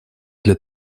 для